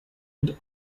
and